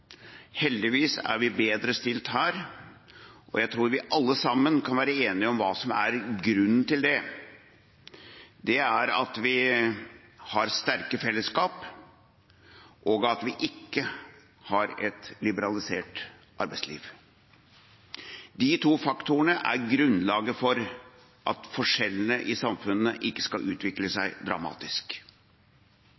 Heldigvis er vi bedre stilt her. Jeg tror vi alle sammen kan være enige om hva som er grunnen til det. Det er at vi har sterke fellesskap, og at vi ikke har et liberalisert arbeidsliv. De to faktorene er grunnlaget for at forskjellene i samfunnet ikke skal utvikle